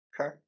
Okay